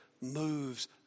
moves